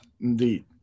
Indeed